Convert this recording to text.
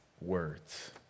words